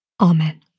Amen